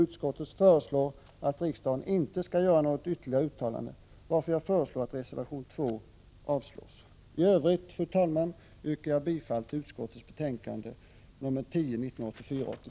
Utskottet föreslår att riksdagen inte gör något ytterligare uttalande, varför jag föreslår att reservation 2 avslås. I övrigt, fru talman, yrkar jag bifall till hemställan i utskottets betänkande nr 10.